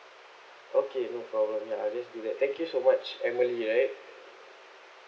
okay no problem ya I just do that thank you so much emily right